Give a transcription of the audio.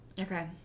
Okay